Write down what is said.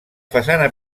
façana